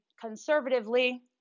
conservatively